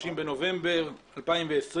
30 בנובמבר 2020,